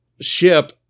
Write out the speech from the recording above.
ship